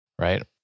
Right